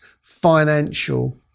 financial